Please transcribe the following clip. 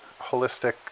holistic